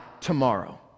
tomorrow